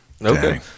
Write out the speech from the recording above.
Okay